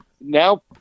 now